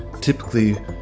typically